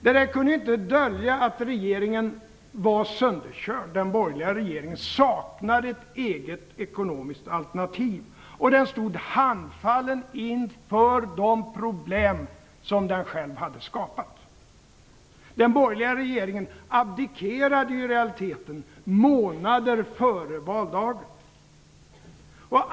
Det här kunde inte dölja att regeringen var sönderkörd. Den borgerliga regeringen saknade ett eget ekonomiskt alternativ och stod handfallen inför de problem som den själv hade skapat. Den borgerliga regeringen abdikerade i realiteten månader före valdagen.